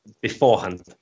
beforehand